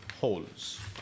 holes